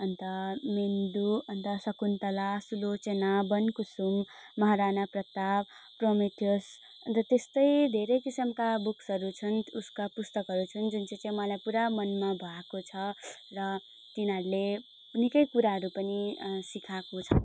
अन्त म्हेन्दु अन्त शकुन्तला सुलोचना बनकुसुम महाराणा प्रताप प्रमिथिस अन्त त्यस्तै धेरै किसिमका बुक्सहरू छन् उसका पुस्तकहरू छन् जुन चैँ मलाई पुरा मनमा भएको छ र तिनीहरूले निकै कुराहरू पनि सिखाएको छ